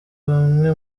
bamwe